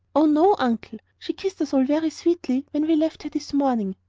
oh, no, uncle. she kissed us all very sweetly when we left her this morning.